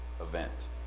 event